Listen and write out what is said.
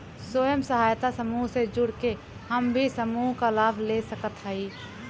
स्वयं सहायता समूह से जुड़ के हम भी समूह क लाभ ले सकत हई?